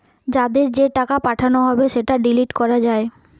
যাদের যে টাকা পাঠানো হবে সেটা ডিলিট করা যায়